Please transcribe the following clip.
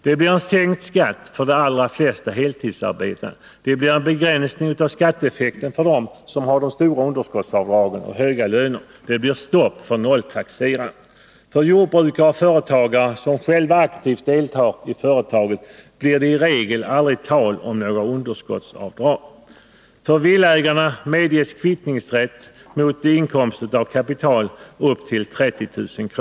Det blir en sänkt skatt för de allra flesta heltidsarbetande. Det blir en begränsning av skatteeffekten för dem som har stora underskottsavdrag och höga löner. Det blir stopp för nolltaxerarna. För jordbrukare och företagare som själva aktivt deltar i företaget blir det i regel aldrig tal om några underskottsavdrag. För villaägare medges kvittningsrätt mot inkomst av kapital upp till 30 000 kr.